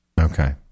Okay